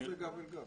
מה זה גב אל גב?